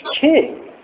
king